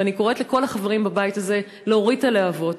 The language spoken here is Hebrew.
ואני קוראת לכל החברים בבית הזה להוריד את הלהבות.